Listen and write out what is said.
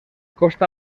costa